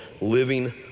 Living